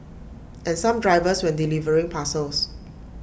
and some drivers when delivering parcels